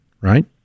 right